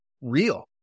real